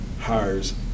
hires